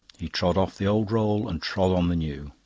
he trod off the old roll and trod on the new,